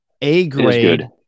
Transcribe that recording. A-grade